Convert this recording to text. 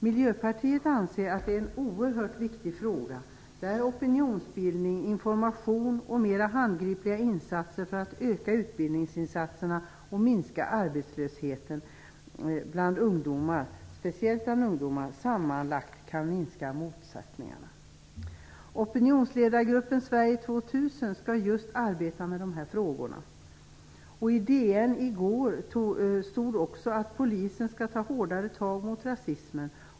Miljöpartiet anser att det är en oerhört viktig fråga, där opinionsbildning, information samt mer handgripliga åtgärder för att öka utbildningsinsatserna och minska arbetslösheten, speciellt bland ungdomar, sammantaget kan minska motsättningarna. Opinionsledargruppen Sverige 2000 skall arbeta med just dessa frågor. I DN i går stod det också att polisen skall ta hårdare tag mot rasismen.